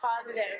positive